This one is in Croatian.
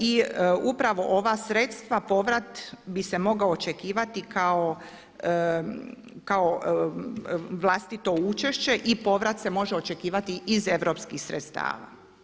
I upravo ova sredstva povrat bi se mogao očekivati kao vlastito učešće i povrat se može očekivati iz europskih sredstava.